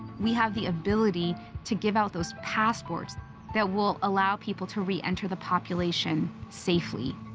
we have the ability to give out those passports that will allow people to reenter the population safely.